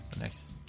Nice